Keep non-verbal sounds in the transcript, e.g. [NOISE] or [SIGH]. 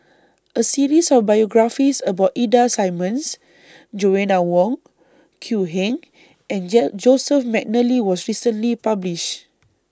A series of biographies about Ida Simmons Joanna Wong Quee Heng and [UNINTELLIGIBLE] Joseph Mcnally was recently published